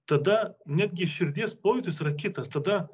tada netgi širdies pojūtis yra kitas tada